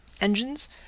engines